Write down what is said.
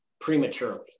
prematurely